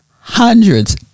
hundreds